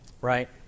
Right